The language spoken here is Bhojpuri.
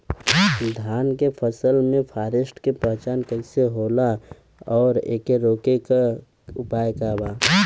धान के फसल के फारेस्ट के पहचान कइसे होला और एके रोके के उपाय का बा?